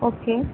okay